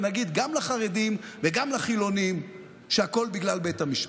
ונגיד גם לחרדים וגם לחילונים שהכול בגלל בית המשפט.